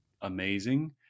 amazing